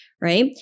Right